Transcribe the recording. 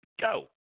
go